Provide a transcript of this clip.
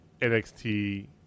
NXT